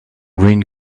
green